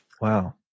Wow